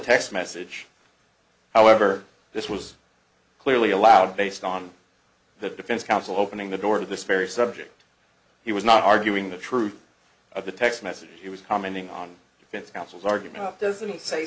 text message however this was clearly allowed based on the defense counsel opening the door to this very subject he was not arguing the truth of the text message he was commenting on his counsel's argument doesn't